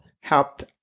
helped